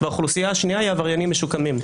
והאוכלוסייה השנייה היא עבריינים משוקמים,